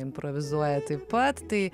improvizuoja taip pat tai